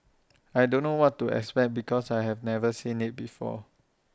I don't know what to expect because I have never seen IT before